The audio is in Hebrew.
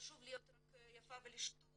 וחשוב להיות רק יפה ולשתוק